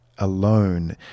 Alone